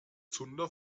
zunder